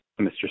Mr